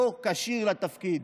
לא כשיר לתפקיד.